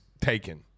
taken